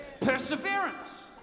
Perseverance